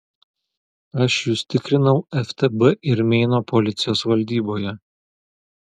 aš jus tikrinau ftb ir meino policijos valdyboje